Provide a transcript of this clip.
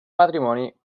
matrimoni